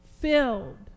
filled